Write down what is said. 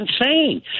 insane